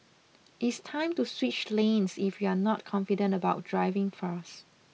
it's time to switch lanes if you're not confident about driving fast